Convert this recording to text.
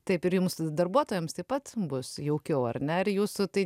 taip ir jums darbuotojams taip pat bus jaukiau ar ne ir jūsų tai